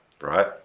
Right